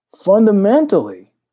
Fundamentally